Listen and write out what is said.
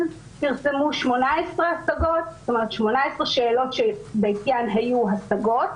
אז פרסמו 18 שאלות שבעטיין היו השגות,